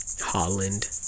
Holland